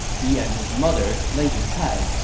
he and his mother, lady cai,